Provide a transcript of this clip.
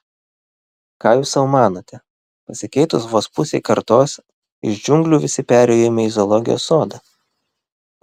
ką jūs sau manote pasikeitus vos pusei kartos iš džiunglių visi perėjome į zoologijos sodą